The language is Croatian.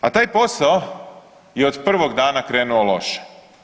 A taj posao je od prvog dana krenuo loše.